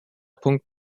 punkt